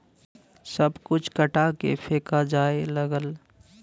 सब कुल कटा के फेका जाए लगल